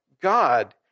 God